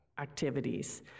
activities